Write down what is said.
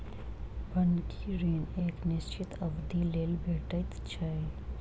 बन्हकी ऋण एक निश्चित अवधिक लेल भेटैत छै